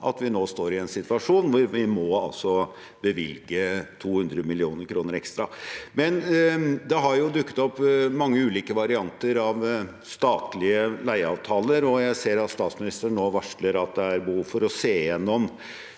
at vi nå står i en situasjon hvor vi altså må bevilge 200 mill. kr ekstra. Det har dukket opp mange ulike varianter av statlige leieavtaler, og jeg ser at statsministeren nå varsler at det er behov for å se gjennom